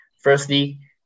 firstly